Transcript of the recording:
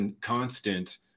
constant